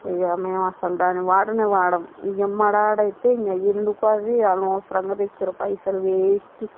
ఇక మేము అసలు దాన్ని వాడనే వాడము ఇక మా డాడి అయితే ఇక ఎందుకో అది అనవసరంగా తెచ్చారు పైసలు వేస్టు